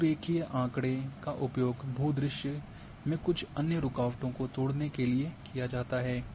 बहुरेखीय आँकड़े का उपयोग भू दृश्य में कुछ अन्य रुकावटों को तोड़ने के लिए किया जाता है